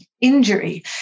Injury